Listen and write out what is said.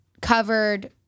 covered